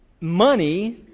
money